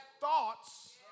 thoughts